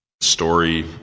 Story